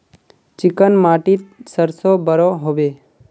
Chicken माटित सरसों बढ़ो होबे?